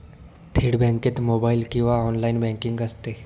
थेट बँकेत मोबाइल किंवा ऑनलाइन बँकिंग असते